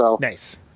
Nice